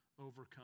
overcome